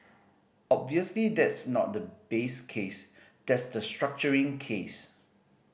obviously that's not the base case that's the structuring case